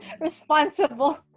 Responsible